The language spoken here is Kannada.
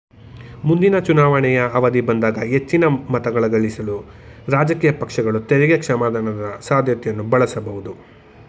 ಮುಂದಿನ ಚುನಾವಣೆಯ ಅವಧಿ ಬಂದಾಗ ಹೆಚ್ಚಿನ ಮತಗಳನ್ನಗಳಿಸಲು ರಾಜಕೀಯ ಪಕ್ಷಗಳು ತೆರಿಗೆ ಕ್ಷಮಾದಾನದ ಸಾಧ್ಯತೆಯನ್ನ ಬಳಸಬಹುದು